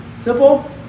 Simple